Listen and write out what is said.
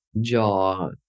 jaw